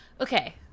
okay